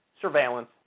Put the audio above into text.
surveillance